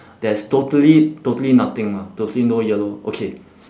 there's totally totally nothing lah totally no yellow okay